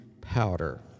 powder